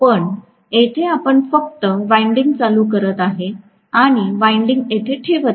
पण येथे आपण फक्त वाइंडिंग चालू करत आहे आणि वाइंडिंग येथे ठेवत आहे